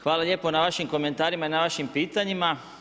Hvala lijepo na vašim komentarima i na vašim pitanjima.